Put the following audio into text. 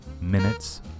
minutes